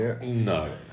No